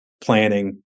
planning